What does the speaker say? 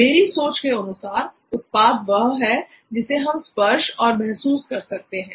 मेरी सोच के अनुसार उत्पाद वह है जिसे हम स्पर्श और महसूस कर सकते हैं